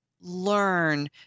learn